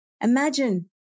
Imagine